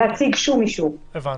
הבנתי.